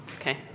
Okay